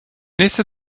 nächste